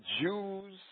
Jews